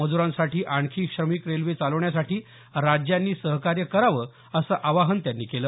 मजूरांसाठी आणखी श्रमिक रेल्वे चालवण्यासाठी राज्यांनी सहकार्य करावं असं आवाहन त्यांनी केलं